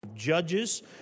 Judges